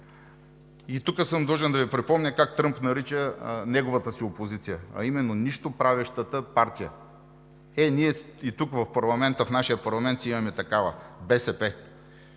Тук съм длъжен да Ви припомня как Тръмп нарича неговата си опозиция, а именно „нищоправещата партия“. Е ние и тук в нашия парламент си имаме такава – БСП.